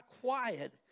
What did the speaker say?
quiet